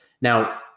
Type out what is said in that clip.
Now